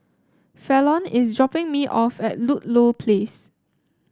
Fallon is dropping me off at Ludlow Place